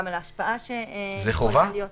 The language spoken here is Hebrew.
גם על ההשפעה --- זו חובה?